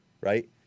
right